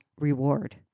reward